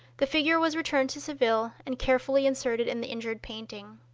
the figure was returned to seville, and carefully inserted in the injured painting.